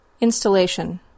Installation